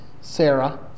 Sarah